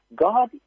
God